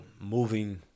moving